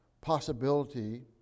possibility